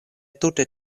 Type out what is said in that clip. tute